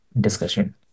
discussion